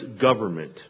government